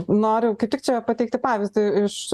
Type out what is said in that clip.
noriu kaip tik čia pateikti pavyzdį iš